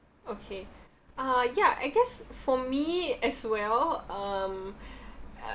okay uh ya I guess for me as well um